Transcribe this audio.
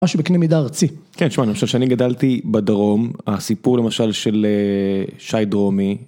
משהו בקנה מידה ארצי, כן שמענו שאני גדלתי בדרום הסיפור למשל של שי דרומי.